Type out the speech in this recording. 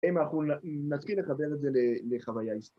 אם אנחנו נ... נשכיל לחבר את זה לחוויה היסטורית.